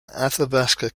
athabasca